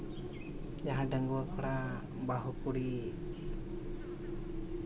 ᱡᱟᱦᱟᱸᱴᱷᱮᱱ ᱵᱚᱱ ᱯᱟᱲᱟᱜᱼᱟ ᱵᱟᱹᱦᱩ ᱠᱩᱲᱤ